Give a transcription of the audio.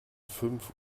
fünf